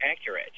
accurate